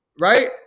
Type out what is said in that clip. Right